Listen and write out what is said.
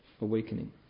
awakening